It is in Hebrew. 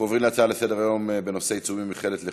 נעבור להצעה לסדר-היום בנושא: עיצומים במכללות לחינוך,